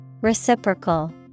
Reciprocal